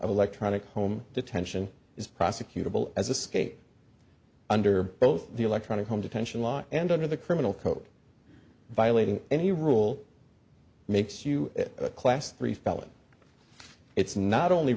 electronic home detention is prosecutable as a skate under both the electronic home detention law and under the criminal code violating any rule makes you a class three felony it's not only